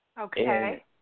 Okay